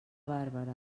bàrbara